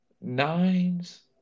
nines